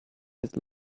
his